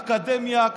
אקדמיה,